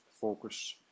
focus